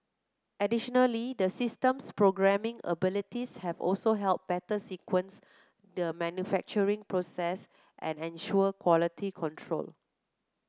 additionally the system's programming abilities have also helped better sequence the manufacturing process and ensure quality control